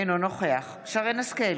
אינו נוכח שרן מרים השכל,